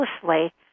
closely